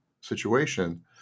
situation